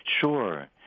Sure